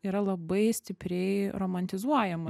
yra labai stipriai romantizuojama